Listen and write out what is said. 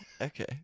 Okay